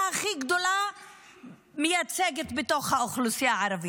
הכי גדולה שמייצגת את האוכלוסייה הערבית.